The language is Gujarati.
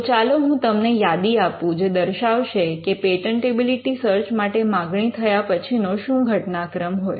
તો ચાલો હું તમને યાદી આપુ જે દર્શાવશે કે પેટન્ટેબિલિટી સર્ચ માટે માગણી થયા પછી નો શું ઘટનાક્રમ હોય